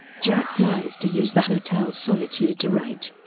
jack plans to use the hotel's solitude to write.